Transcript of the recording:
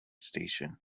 station